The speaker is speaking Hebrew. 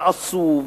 ועשו,